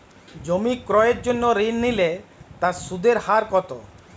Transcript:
জমি ক্রয়ের জন্য ঋণ নিলে তার সুদের হার কতো?